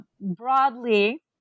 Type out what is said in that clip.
broadly